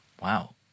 wow